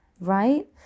right